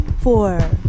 four